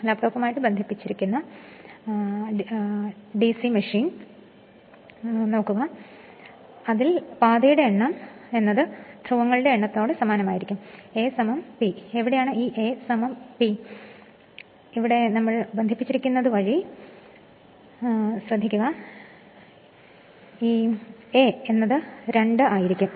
ലാപ്പിൽ ബന്ധിപ്പിച്ച DC പാതയുടെ എണ്ണം ധ്രുവങ്ങളുടെ എണ്ണം A P എവിടെയാണ് ഈ A P കണക്ഷൻ വഴി A 2 ആയിരിക്കും